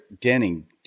denning